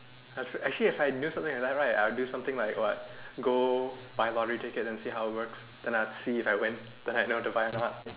actually if I do something like that right I'll do something like what go buy lottery ticket and see how it works then I'll see if I win then I'll know to buy or not